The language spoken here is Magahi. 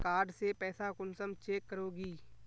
कार्ड से पैसा कुंसम चेक करोगी?